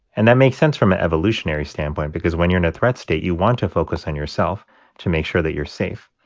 and that makes sense from an evolutionary standpoint because when you're in a threat state, you want to focus on yourself to make sure that you're safe.